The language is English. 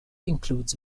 includes